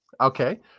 Okay